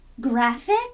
graphic